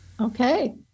okay